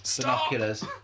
binoculars